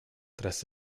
tras